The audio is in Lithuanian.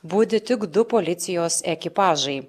budi tik du policijos ekipažai